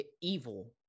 evil